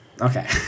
Okay